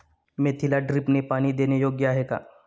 मेथीला ड्रिपने पाणी देणे योग्य आहे का?